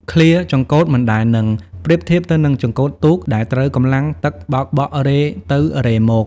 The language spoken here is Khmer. ឃ្លា «ចង្កូតមិនដែលនឹង» ប្រៀបធៀបទៅនឹងចង្កូតទូកដែលត្រូវកម្លាំងទឹកបោកបក់រេទៅរេមក។